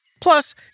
Plus